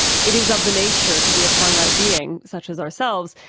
it is of the nature to be a finite being, such as ourselves,